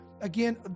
Again